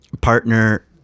partner